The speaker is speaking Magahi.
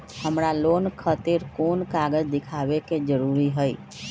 हमरा लोन खतिर कोन कागज दिखावे के जरूरी हई?